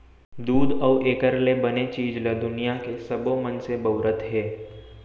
दूद अउ एकर ले बने चीज ल दुनियां के सबो मनसे बउरत हें